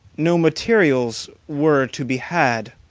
no materials were to be had.